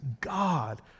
God